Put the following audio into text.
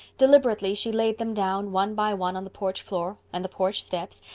deliberately she laid them down one by one on the porch floor and the porch steps,